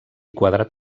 quadrat